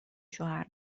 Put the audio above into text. شوهر